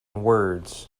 words